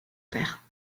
père